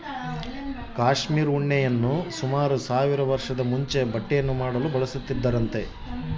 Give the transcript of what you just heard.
cashmere ಉಣ್ಣೆಯನ್ನು ಸುಮಾರು ಸಾವಿರ ವರ್ಷದ ಮುಂಚೆ ಬಟ್ಟೆಯನ್ನು ಮಾಡಲು ಬಳಸುತ್ತಿದ್ದರಂತೆ